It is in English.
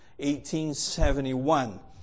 1871